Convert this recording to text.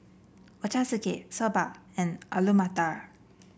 Ochazuke Soba and Alu Matar